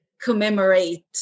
commemorate